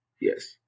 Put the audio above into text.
Yes